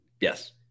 Yes